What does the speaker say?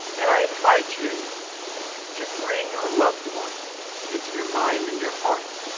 and i invite you to bring a loved one into your mind and your heart.